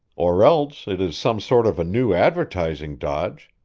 or else it is some sort of a new advertising dodge.